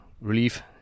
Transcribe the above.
relief